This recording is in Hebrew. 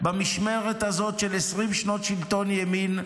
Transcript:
במשמרת הזאת של 20 שנות שלטון ימין,